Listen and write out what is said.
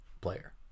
player